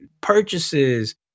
purchases